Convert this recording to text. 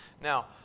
Now